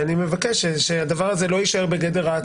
אני מבקש שהדבר הזה לא יישאר בגדר הצהרה,